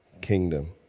kingdom